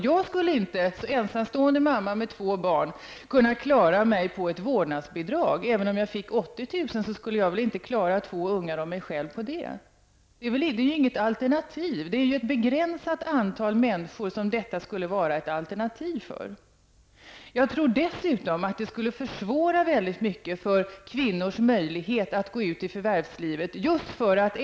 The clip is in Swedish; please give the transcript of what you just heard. Jag skulle inte, som ensamstående mamma med två barn, kunna klara mig på ett vårdnadsbidrag. Inte ens om jag fick 80 000 kr. skulle jag klara två ungar och mig själv på det. Det är inget alternativ. Det är ett begränsat antal människor för vilka detta skulle kunna vara ett alternativ. Jag tror dessutom att det skulle försvåra mycket för kvinnors möjlighet att gå ut i förvärvslivet.